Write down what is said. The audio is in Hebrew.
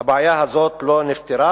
הבעיה הזאת לא נפתרה,